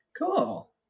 Cool